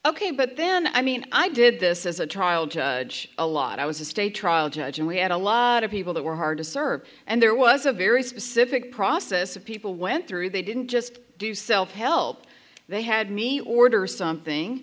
ok but then i mean i did this as a trial judge a lot i was a state trial judge and we had a lot of people that were hard to serve and there was a very specific process a people went through they didn't just do self help they had me order something